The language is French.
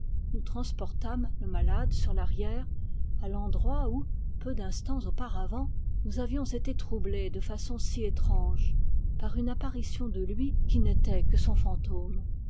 nous transportâmes le malade sur l'arrière à l'endroit où peu d'instants auparavant nous avions été troublés de façon si étrange par une apparition de lui qui n'était que son fantôme